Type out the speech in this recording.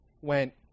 went